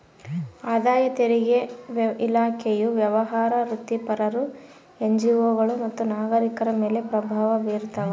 ಆದಾಯ ತೆರಿಗೆ ಇಲಾಖೆಯು ವ್ಯವಹಾರ ವೃತ್ತಿಪರರು ಎನ್ಜಿಒಗಳು ಮತ್ತು ನಾಗರಿಕರ ಮೇಲೆ ಪ್ರಭಾವ ಬೀರ್ತಾವ